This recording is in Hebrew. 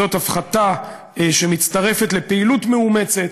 זאת הפחתה שמצטרפת לפעילות מאומצת